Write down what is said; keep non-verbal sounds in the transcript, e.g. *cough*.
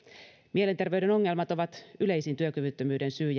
mielenterveyden ongelmat ovat yleisin työkyvyttömyyden syy *unintelligible*